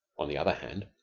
on the other hand,